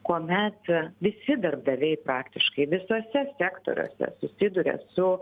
kuomet visi darbdaviai praktiškai visuose sektoriuose susiduria su